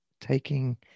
taking